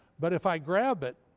but if i grab it,